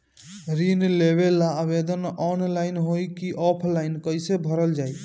ऋण लेवेला आवेदन ऑनलाइन होई की ऑफलाइन कइसे भरल जाई?